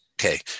Okay